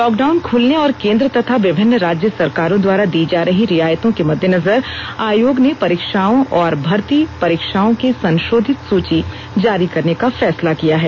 lockdown खुलने और केंद्र तथा विभिन्न राज्य सरकारों द्वारा दी जा रही रियायतों के मद्देनजर आयोग ने परीक्षाओं और भर्ती परीक्षाओं की संशोधित सूची जारी करने का फैसला किया है